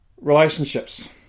relationships